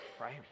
right